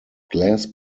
glass